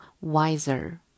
wiser